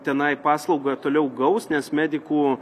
tenai paslaugą toliau gaus nes medikų